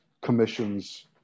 commissions